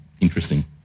interesting